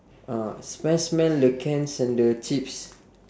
ah smell smell the cans and the chips